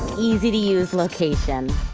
easy-to-use location.